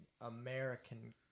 American